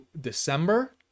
december